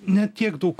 ne tiek daug